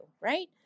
right